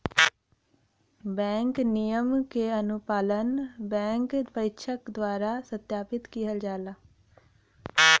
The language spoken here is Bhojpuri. बैंक नियम क अनुपालन बैंक परीक्षक द्वारा सत्यापित किहल जाला